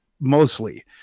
mostly